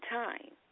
time